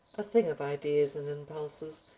a thing of ideas and impulses,